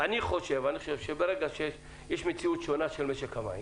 אני חושב שברגע שיש מציאות שונה של משק המים